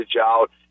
out